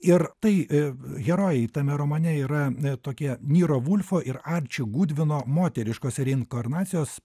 ir tai herojai tame romane yra tokie nira vulfo ir anči gudvino moteriškos reinkarnacijos